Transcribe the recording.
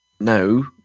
No